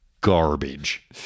garbage